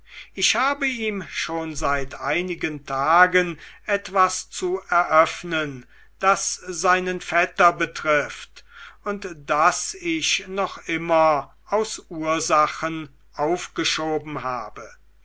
ich habe ihm schon seit einigen tagen etwas zu eröffnen das seinen vetter betrifft und das ich noch immer aus ursachen aufgeschoben habe